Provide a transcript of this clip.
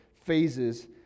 phases